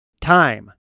time